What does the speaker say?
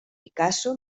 picasso